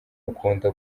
akunda